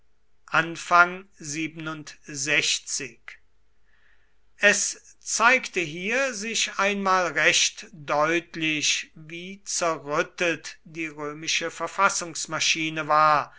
es zeigte hier sich einmal recht deutlich wie zerrüttet die römische verfassungsmaschine war